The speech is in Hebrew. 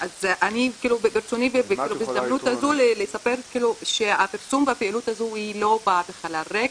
אז ברצוני בהזדמנות הזאת לספר שהפרסום בפעילות הזאת לא בא בחלל ריק,